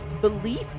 belief